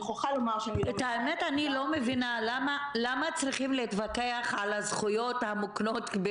אני לא מבינה למה צריכים להתווכח על הזכויות המוקנות.